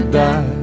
die